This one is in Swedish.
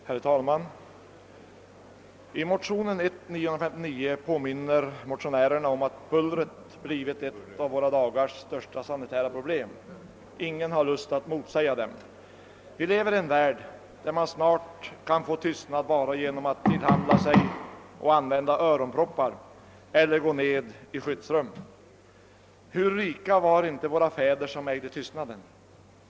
Herr talman! I motionen I:959 påminner motionärerna om att bullret blivit ett av våra dagars största sanitära problem. Ingen har lust att motsäga dem. Vi lever i en värld där man snart kan få tystnad bara genom att tillhandla sig och använda öronproppar eller gå ned i skyddsrum. Hur rika var inte våra fäder som ägde tystnaden!